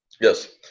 Yes